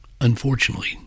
unfortunately